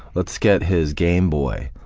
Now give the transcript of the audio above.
let's get his gameboy.